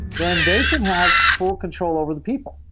then they can have full control over the people